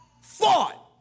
fought